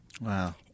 Wow